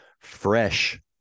fresh